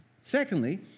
Secondly